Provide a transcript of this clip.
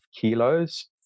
kilos